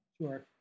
Sure